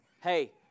Hey